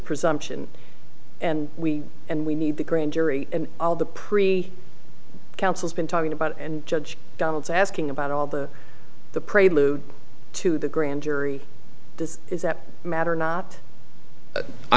presumption and we and we need the grand jury and the pre counsel's been talking about and judge donald's asking about all the the prelude to the grand jury this is that matter not i